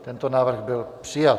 Tento návrh byl přijat.